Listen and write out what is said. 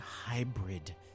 hybrid